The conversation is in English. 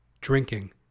drinking